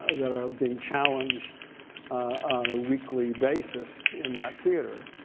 that are being challenged on a weekly basis in that theater.